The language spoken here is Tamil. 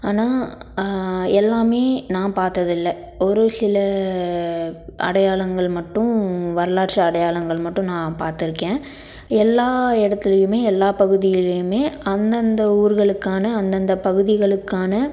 ஆனால் எல்லாமே நான் பார்த்ததில்ல ஒரு சில அடையாளங்கள் மட்டும் வரலாற்று அடையாளங்கள் மட்டும் நான் பார்த்திருக்கேன் எல்லா இடத்துலியுமே எல்லா பகுதியிலேயுமே அந்தந்த ஊருகளுக்கான அந்தந்த பகுதிகளுக்கான